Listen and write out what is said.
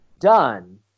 done